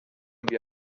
wie